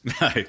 No